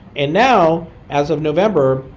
and now as of november,